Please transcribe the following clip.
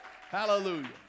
Hallelujah